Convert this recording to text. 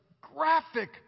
graphic